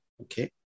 Okay